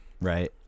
right